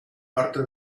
parte